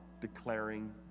declaring